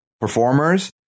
performers